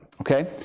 okay